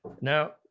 Now